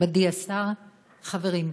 נכבדי השר, חברים,